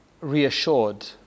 reassured